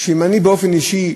שאני באופן אישי,